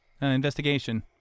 investigation